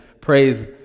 Praise